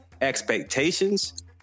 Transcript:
expectations